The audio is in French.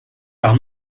par